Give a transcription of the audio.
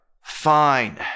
Fine